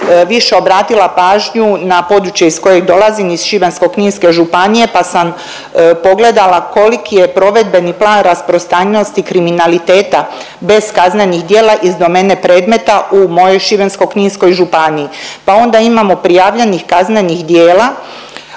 više obratila pažnju na područje iz kojeg dolazim iz Šibensko-kninske županije pa sam pogledala koliki je provedbeni plan rasprostranjenosti kriminaliteta bez kaznenih djela iz domene predmeta u mojoj Šibensko-kninskoj županiji, pa onda imamo prijavljenih kaznenih djela